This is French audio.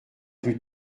plus